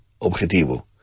objetivo